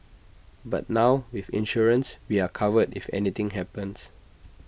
but now with insurance we are covered if anything happens